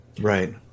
right